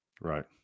Right